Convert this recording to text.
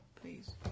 please